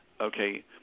Okay